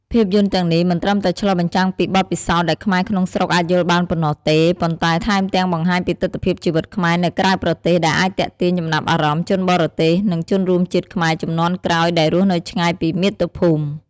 ភាពយន្តទាំងនេះមិនត្រឹមតែឆ្លុះបញ្ចាំងពីបទពិសោធន៍ដែលខ្មែរក្នុងស្រុកអាចយល់បានប៉ុណ្ណោះទេ ប៉ុន្តែថែមទាំងបង្ហាញពីទិដ្ឋភាពជីវិតខ្មែរនៅក្រៅប្រទេស ដែលអាចទាក់ទាញចំណាប់អារម្មណ៍ ជនបរទេស និងជនរួមជាតិខ្មែរជំនាន់ក្រោយ ដែលរស់នៅឆ្ងាយពីមាតុភូមិ។